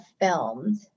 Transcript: filmed